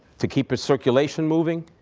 to keep his circulation moving,